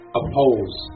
oppose